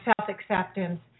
self-acceptance